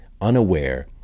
unaware